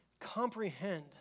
comprehend